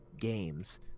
games